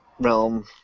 realm